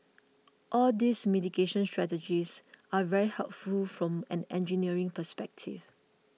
all these mitigation strategies are very helpful from an engineering perspective